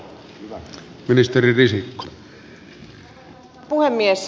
arvoisa herra puhemies